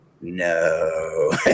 no